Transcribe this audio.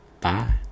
Bye